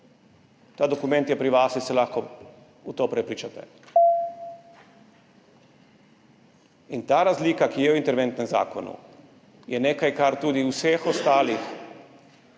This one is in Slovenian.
Ta dokument je pri vas in se lahko o tem prepričate. Ta razlika, ki je v interventnem zakonu, je nekaj, kar tudi v vseh ostalih